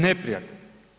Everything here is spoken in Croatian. Neprijatelj.